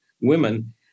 women